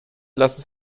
lassen